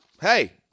Hey